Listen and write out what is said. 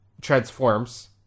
transforms